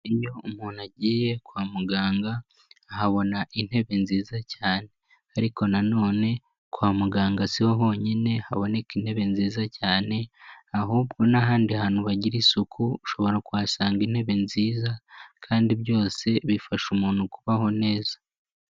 Iyo umuntu agiye kwa muganga ahabona intebe nziza cyane, ariko na none kwa muganga si ho honyine haboneka intebe nziza cyane ahubwo n'ahandi hantu bagira isuku ushobora kuhasanga intebe nziza kandi byose bifasha umuntu kubaho neza.